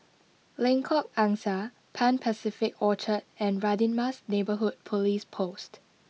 Lengkok Angsa Pan Pacific Orchard and Radin Mas Neighbourhood Police Post